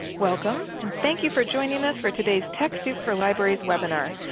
welcome, and thank you for joining us for today's techsoup for libraries webinar.